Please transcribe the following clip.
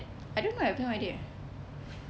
I don't know I have no idea